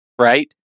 right